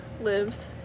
lives